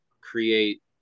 create